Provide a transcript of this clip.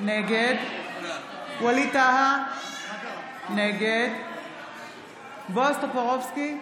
נגד ווליד טאהא, נגד בועז טופורובסקי,